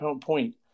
point